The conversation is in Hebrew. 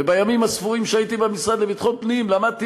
ובימים הספורים שהייתי במשרד לביטחון פנים למדתי